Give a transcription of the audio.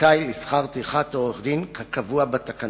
זכאי לשכר טרחת עורך-דין כקבוע בתקנות.